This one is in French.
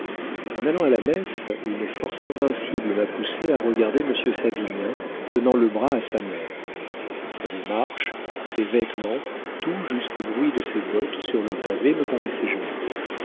en allant à la messe une force invincible m'a poussée à regarder monsieur savinien donnant le bras à sa mère sa démarche ses vêtements tout jusqu'au bruit de ses bottes sur le pavé me paraissait joli